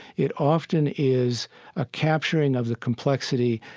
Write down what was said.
it often is a capturing of the complexity,